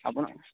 ଆପଣ